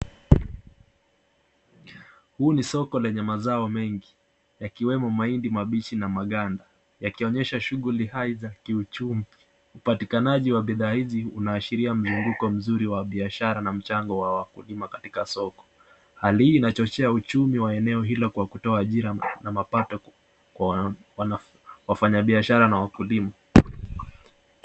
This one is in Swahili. Huu ni soko lenye mazao mengi. Yakiwemo mahindi mabichi na maganda, yakionyesha shughuli haya za kiuchumi . Upatikanaji wa bidhaa hizi unaashiria mlimbuko mzuri wa biashara na mchango wa wakulima katika soko. Hali hii inachochea uchumi wa eneo hilo kwa kutoa ajira na mapato kwa wafanyabiashara na wakulima.